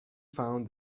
found